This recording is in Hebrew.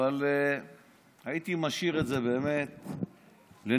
אבל הייתי משאיר את זה באמת לניחושך.